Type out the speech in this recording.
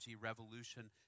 revolution